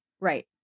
Right